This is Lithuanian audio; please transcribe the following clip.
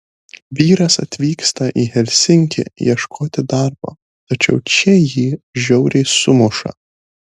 vyras atvyksta į helsinkį ieškoti darbo tačiau čia jį žiauriai sumuša